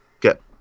get